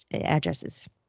addresses